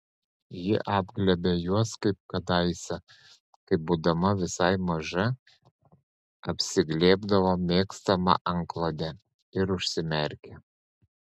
ji apglėbė juos kaip kadaise kai būdama visai maža apsiglėbdavo mėgstamą antklodę ir užsimerkė